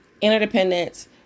interdependence